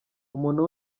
umuntu